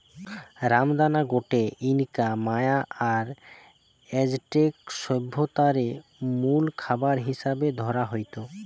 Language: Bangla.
রামদানা গটে ইনকা, মায়া আর অ্যাজটেক সভ্যতারে মুল খাবার হিসাবে ধরা হইত